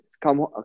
come